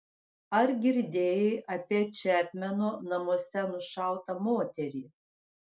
ar girdėjai apie čepmeno namuose nušautą moterį